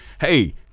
Hey